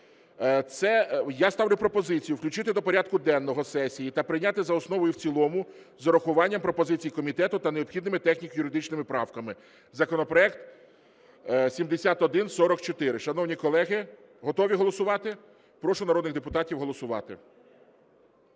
Я ставлю пропозицію включити до порядку денного сесії та прийняти за основу і в цілому з врахуванням пропозицій комітету та необхідними техніко-юридичними правками законопроект 7144. Шановні колеги, готові голосувати? Прошу народних депутатів голосувати.